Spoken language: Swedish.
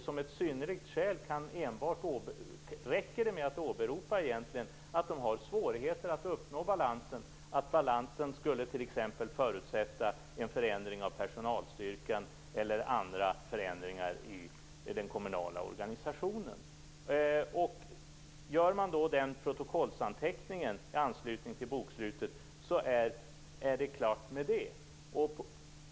Som ett synnerligt skäl räcker det egentligen att åberopa att man har svårigheter att uppnå balansen, t.ex. att balansen skulle förutsätta en förändring av personalstyrkan eller andra förändringar i den kommunala organisationen. Gör man då den protokollsanteckningen i anslutning till bokslutet är det klart med det.